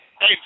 Hey